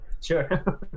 Sure